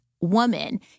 woman